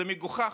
זה מגוחך,